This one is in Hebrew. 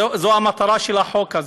זו המטרה של החוק הזה.